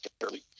fairly